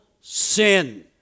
sin